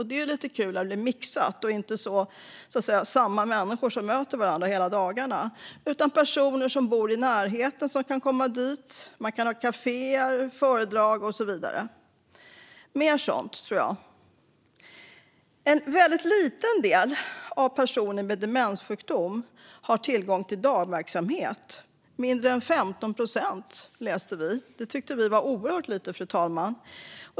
Det är ju lite kul när det blir mixat och inte samma människor som möter varandra hela dagarna. Personer som bor i närheten kan komma dit, och man kan ha kaféer, föredrag och så vidare. Jag tror på mer sådant. En väldigt liten del av personer med demenssjukdom har tillgång till dagverksamhet - mindre än 15 procent, läste vi. Det tyckte vi var oerhört lite, fru talman.